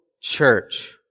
church